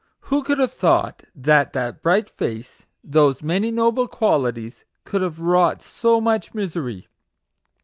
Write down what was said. who could have thought that that bright face, those many noble qualities, could have wrought so much misery?